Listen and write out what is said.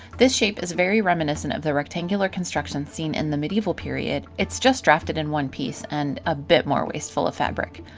this shape is very reminiscent of the rectangular construction seen in the medieval period, it's just drafted in one piece and is a bit more wasteful of fabric.